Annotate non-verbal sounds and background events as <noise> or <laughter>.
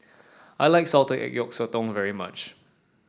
<noise> I like Salted Egg Yolk Sotong very much